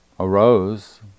arose